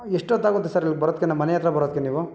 ಎಷ್ಟೊತ್ತಾಗುತ್ತೆ sir ಇಲ್ಲಿ ಬರೋದಕ್ಕೆ ನಮ್ಮ ಮನೆ ಹತ್ರ ಬರೋದಕ್ಕೆ ನೀವು